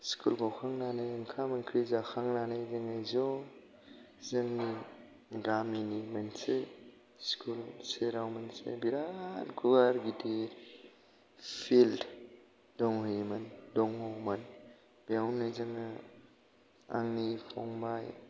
school गंखांनानै ओंखाम ओंख्रिजाखांनानै ज जोंनि गामिनि मोनसे स्कुल सेराव मोनसे बिराद गुवार गिदिर फिल्ड दंहैयोमोन दङमोन बेयावनो जोङो आंनि फंबाय